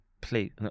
Please